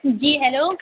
جی hello